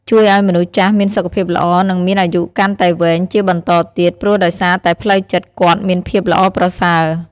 ជួយឲ្យមនុស្សចាស់មានសុខភាពល្អ និងមានអាយុកាន់តែវែងជាបន្តទៀត ព្រោះដោយសារតែផ្លូវចិត្តគាត់មានភាពល្អប្រសើរ។